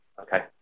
okay